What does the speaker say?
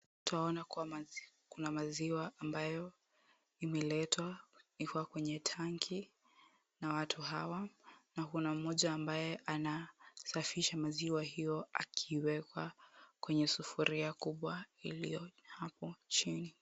Twaona kuwa kuna maziwa ambayo imeletwa ikiwa kwenye tanki na watu hawa na kuna mmoja ambaye anasafisha maziwa hiyo akiweka kwenye sufuria moja kubwa iliyo hapo chini.